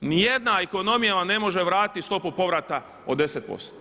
Nijedna ekonomija vam ne može vratiti stopu povrata od 10%